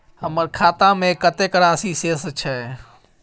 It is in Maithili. हमर खाता में कतेक राशि शेस छै?